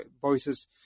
voices